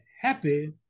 happy